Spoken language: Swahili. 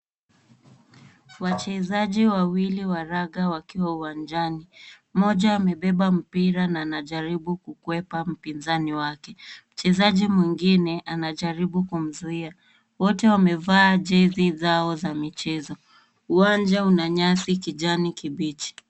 Wachezaji wawili wa raga wakiwa uwanjani. Mmoja amebeba mpira na anajaribu kukwepa mpinzani wake. Mchezaji mwingine anajaribu kumzuia. Wote wamevaa jezi zao za michezo. Uwanja una nyasi kijani kibichi.